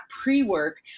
pre-work